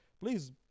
Please